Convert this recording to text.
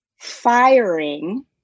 firing